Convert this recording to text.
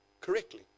correctly